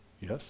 yes